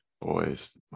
boys